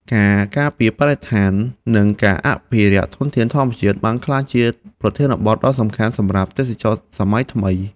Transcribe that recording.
ការការពារបរិស្ថាននិងការអភិរក្សធនធានធម្មជាតិបានក្លាយជាប្រធានបទដ៏សំខាន់សម្រាប់ទេសចរណ៍សម័យថ្មី។